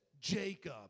Jacob